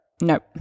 nope